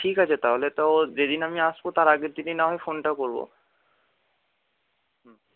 ঠিক আছে তাহলে তো যেদিন আমি আসব তার আগের দিনই না হয় ফোনটা করব হুম